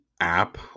app